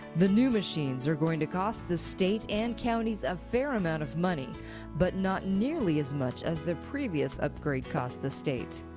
the new machines are going to cost the state and counties a fair amount of money but not nearly as much as the previous upgrade cost the state.